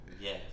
Yes